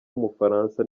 w’umufaransa